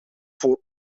voor